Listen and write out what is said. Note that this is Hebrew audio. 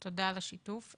תודה על השיתוף.